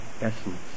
essence